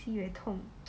sibei 痛